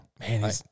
Man